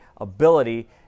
ability